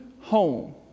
home